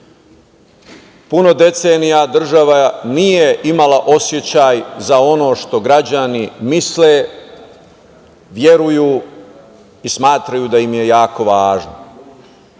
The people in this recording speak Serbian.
decenija država nije imala osećaj za ono što građani misle, veruju i smatraju da im je jako važno.